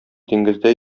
диңгездә